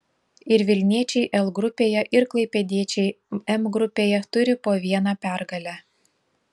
ir vilniečiai l grupėje ir klaipėdiečiai m grupėje turi po vieną pergalę